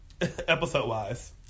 Episode-wise